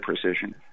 precision